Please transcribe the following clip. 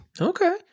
Okay